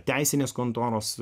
teisinės kontoros